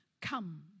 come